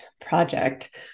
project